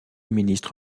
ministre